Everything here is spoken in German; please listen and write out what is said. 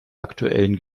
aktuellen